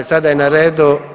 Sada je na redu.